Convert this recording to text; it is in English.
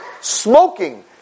Smoking